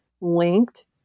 linked